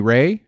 Ray